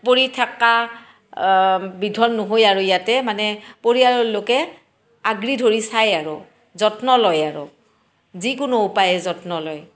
পৰি থকা বিধৰ নহয় আৰু ইয়াতে মানে পৰিয়ালৰ লোকে আগৰি ধৰি চাই আৰু যত্ন লয় আৰু যিকোনো উপায়েৰে যত্ন লয়